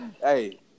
Hey